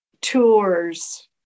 tours